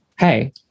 Hey